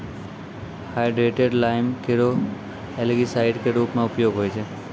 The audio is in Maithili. हाइड्रेटेड लाइम केरो एलगीसाइड क रूप म उपयोग होय छै